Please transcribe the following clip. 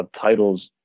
titles